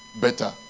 better